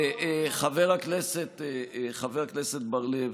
חבר הכנסת בר לב,